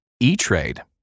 E-Trade